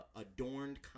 adorned